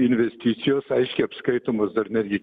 investicijos aiškiai apskaitomos dar netgi